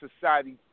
society